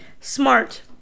Smart